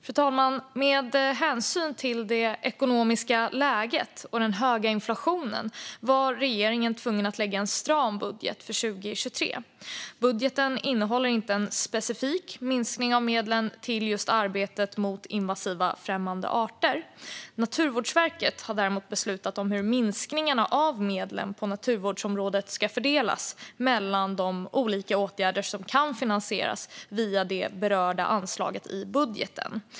Fru talman! Med hänsyn till det ekonomiska läget och den höga inflationen var regeringen tvungen att lägga fram en stram budget för 2023. Budgeten innehåller inte en specifik minskning av medlen till just arbetet mot invasiva främmande arter. Naturvårdsverket har beslutat om hur minskningarna av medlen på naturvårdsområdet ska fördelas mellan de olika åtgärder som kan finansieras via det berörda anslaget i budgeten.